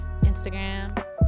Instagram